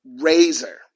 razor